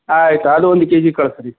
ಆಯಿತು ಅದು ಒಂದು ಕೆಜಿ ಕಳಿಸ್ರಿ